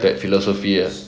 that philosophy ah